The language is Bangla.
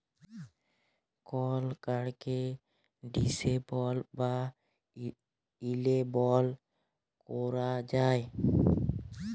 কল কাড়কে ডিসেবল বা ইলেবল ক্যরা যায়